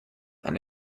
and